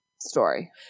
story